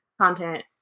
content